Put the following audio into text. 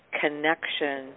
connection